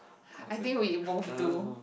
I think both do